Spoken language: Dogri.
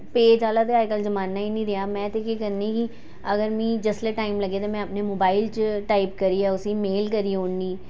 पेज आह्ला ते अजकल्ल जमाना ही निं रेहा में ते केह् करनी कि अगर मिगी जिसले टाइम लग्गे ते में अपने मोबाइल च टाइप प करियै उस्सी मेल करी ओड़नी